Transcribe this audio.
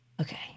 Okay